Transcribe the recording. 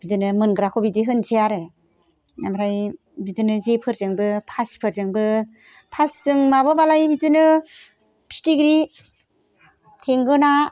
बिदिनो मोनग्राखौ बिदि होनसै आरो ओमफ्राय बिदिनो जेफोरजोंबो फासिफोरजोंबो फासिजों माबाबालाय बिदिनो फिथिख्रि थेंगोना